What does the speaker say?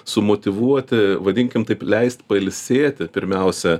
sumotyvuoti vadinkim taip leist pailsėti pirmiausia